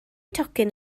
tocyn